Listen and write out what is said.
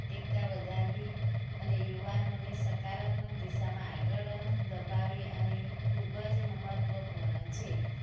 એકતા વધારવી અને યુવાનોને સકારાત્મક દિશામાં આગળ ધપાવી અને ખૂબ જ મહત્વપૂર્ણ છે